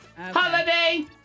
Holiday